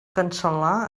cancel·lar